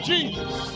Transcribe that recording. Jesus